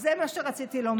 זה מה שרציתי לומר.